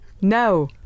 No